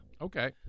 Okay